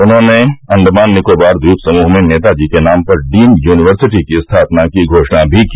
उन्होंने अंडमान निकोबार ट्वीप समूह में नेताजी के नाम पर डीम्ड यूनिवर्सिटी की स्थापना की घोषणा भी की